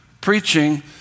preaching